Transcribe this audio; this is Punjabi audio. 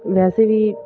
ਵੈਸੇ ਵੀ